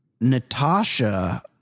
Natasha